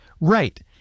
Right